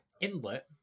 inlet